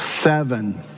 seven